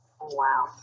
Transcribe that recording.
Wow